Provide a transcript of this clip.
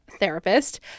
therapist